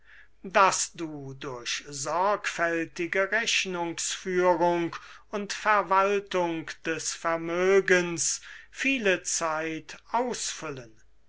daß du durch sorgfältige rechnungsführung und verwaltung des vermögens viele zeit ausfüllen